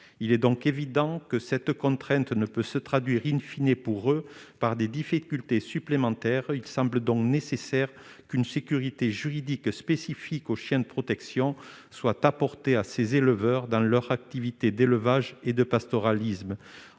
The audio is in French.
il est donc évident que cette contrainte ne peut se traduire in fine et pour eux par des difficultés supplémentaires : il semble donc nécessaire qu'une sécurité juridique spécifique aux chiens de protection soit apportées à ces éleveurs dans leur activité d'élevage et de pastoralisme